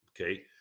okay